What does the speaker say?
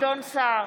גדעון סער,